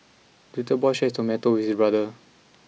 the little boy shared his tomato with his brother